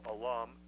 alum